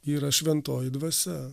yra šventoji dvasia